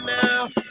now